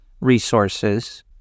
resources